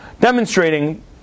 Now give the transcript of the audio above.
demonstrating